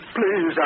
please